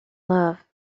love